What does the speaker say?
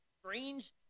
strange